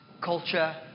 culture